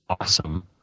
awesome